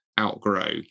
outgrow